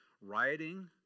rioting